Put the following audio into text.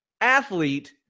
Athlete